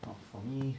well for me